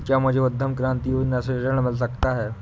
क्या मुझे उद्यम क्रांति योजना से ऋण मिल सकता है?